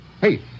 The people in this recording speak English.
Hey